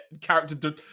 character